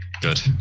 Good